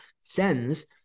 sends